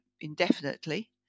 indefinitely